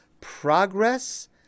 progress